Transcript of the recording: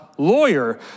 lawyer